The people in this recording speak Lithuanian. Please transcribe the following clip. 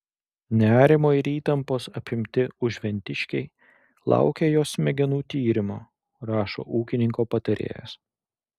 nerimo ir įtampos apimti užventiškiai laukia jos smegenų tyrimo rašo ūkininko patarėjas